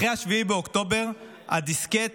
אחרי 7 באוקטובר הדיסקט